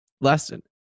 lesson